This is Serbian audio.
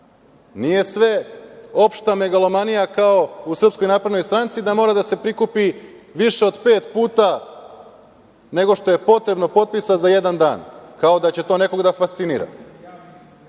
dana. Nije sve opšta megalomanija, kao u SNS, da mora da se prikupi više od pet puta nego što je potrebno potpisa za jedan dan, kao da će to nekog da fascinira,